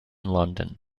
london